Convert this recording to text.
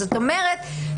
זאת אומרת,